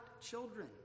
children